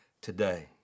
today